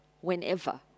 whenever